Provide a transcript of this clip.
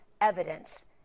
evidence